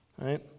Right